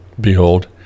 Behold